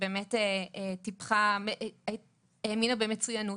שבאמת טיפחה והאמינה במצוינות,